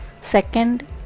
second